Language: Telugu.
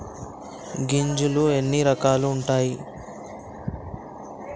గింజలు ఎన్ని రకాలు ఉంటాయి?